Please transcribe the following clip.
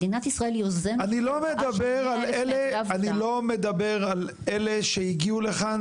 מדינת ישראל יוזמת --- אני לא מדבר על אלה שהגיעו לכאן,